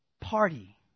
party